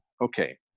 okay